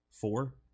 four